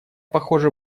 похоже